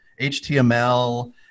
HTML